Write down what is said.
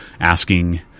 asking